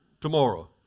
tomorrow